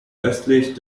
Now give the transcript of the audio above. östlich